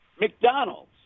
McDonald's